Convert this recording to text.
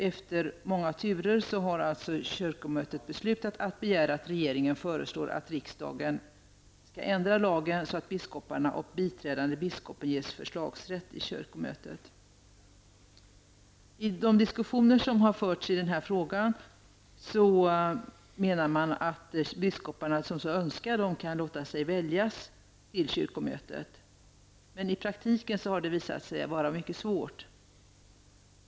Efter många turer har kyrkomötet beslutat att begära att regeringen föreslår riksdagen att ändra lagen, så att biskoparna och biträdande biskopen ges förslagsrätt i kyrkomötet. I de diskussioner som har förts i denna fråga menar man att de biskopar som så önskar kan låta sig väljas till kyrkomötet. I praktiken har detta visat sig vara mycket svårt.